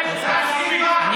יועץ של טרוריסט.